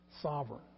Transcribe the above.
sovereign